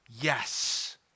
yes